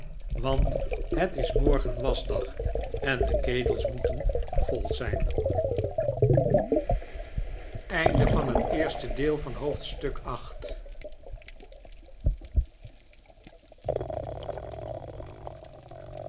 want het is morgen waschdag en de ketels moeten vol zijn